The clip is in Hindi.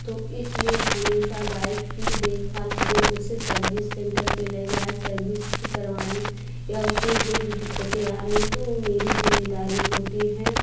तो इसलिए हमेशा बाइक की देखभाल करें उसे सर्विस सेंटर पर ले जाएँ सर्विस ठीक करवाएँ या उसमें जो भी दिक्कतें आ रही है तो वह मेरी जिम्मेदारी होती हैं